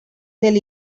del